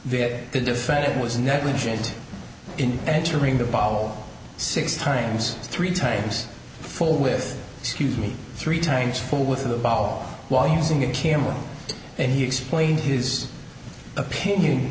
that the defendant was negligent in entering the ball six times three times full with scuse me three times four with the ball while using a camera and he explained his opinion